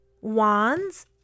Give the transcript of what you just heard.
Wands